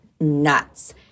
nuts